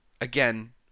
again